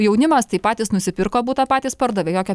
jaunimas tai patys nusipirko butą patys pardavė jokio